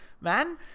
man